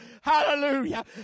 Hallelujah